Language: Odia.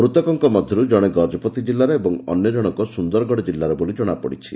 ମୃତକଙ୍କ ମଧରୁ ଜଣେ ଗଜପତି ଜିଲ୍ଲାର ଏବଂ ଅନ୍ୟ ଜଶକ ସୁନ୍ଦରଗଡ଼ ଜିଲ୍ଲାର ବୋଲି ଜଶାପଡ଼ିଛି